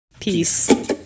Peace